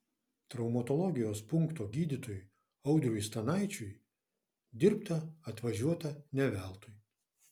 traumatologijos punkto gydytojui audriui stanaičiui dirbta atvažiuota ne veltui